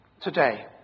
today